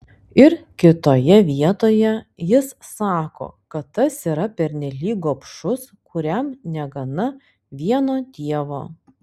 ir kitoje vietoje jis sako kad tas yra pernelyg gobšus kuriam negana vieno dievo